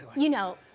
you know,